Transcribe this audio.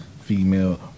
female